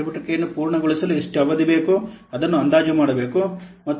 ಚಟುವಟಿಕೆಯನ್ನು ಪೂರ್ಣಗೊಳಿಸಲು ಎಷ್ಟು ಅವಧಿ ಬೇಕು ಅದನ್ನು ಅಂದಾಜು ಮಾಡಬೇಕು